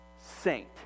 saint